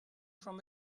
from